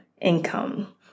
income